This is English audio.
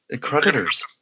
Creditors